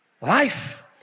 life